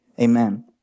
Amen